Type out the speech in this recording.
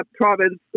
province